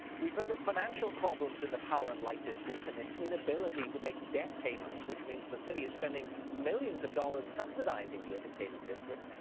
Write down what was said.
we've heard of financial problems in the power and light district, and its inability to make debt payments, which means the city is spending millions of dollars subsidizing the entertainment district.